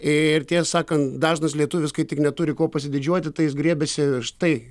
ir tiesą sakant dažnas lietuvis kaip tik neturi kuo pasididžiuoti tai jis griebiasi štai